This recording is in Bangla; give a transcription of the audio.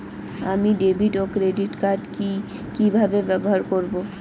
আমি ডেভিড ও ক্রেডিট কার্ড কি কিভাবে ব্যবহার করব?